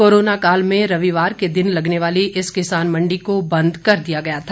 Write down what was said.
corona काल में रविवार के दिन लगने वाली इस किसान मंडी को बंद कर दिया गया था